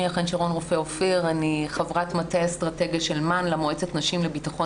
אני חברת מטה האסטרטגיה למועצת נשים לביטחון